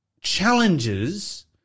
challenges